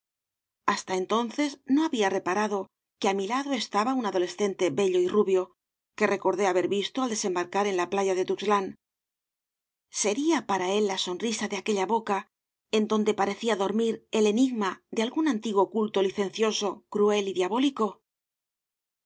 hasta entonces no había reparado que á mi lado estaba un adolescente bello y rubio que recordé haber visto al desembarcar en la playa de tuxtlan sería para él la sonrisa de aquella boca en donde parecía dormir el enigma de algún antiguo culto licencioso cruel y diabólico